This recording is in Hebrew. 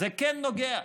זה כן נוגע.